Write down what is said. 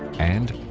and